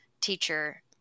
teacher